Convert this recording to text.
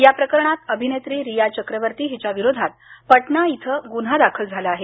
या प्रकरणात अभिनेत्री रिया चक्रवर्ती हिच्या विरोधात पटना इथं गुन्हा दाखल झाला आहे